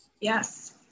Yes